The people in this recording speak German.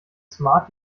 smart